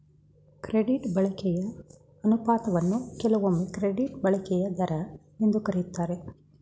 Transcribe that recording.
credit ಬಳಕೆಯ ಅನುಪಾತವನ್ನ ಕೆಲವೊಮ್ಮೆ ಕ್ರೆಡಿಟ್ ಬಳಕೆಯ ದರ ಎಂದು ಕರೆಯುತ್ತಾರೆ